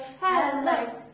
hello